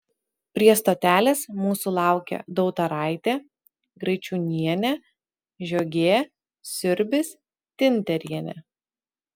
prie stotelės mūsų laukė dautaraitė graičiūnienė žiogė siurbis tinterienė